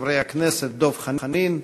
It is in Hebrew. חברי הכנסת דב חנין,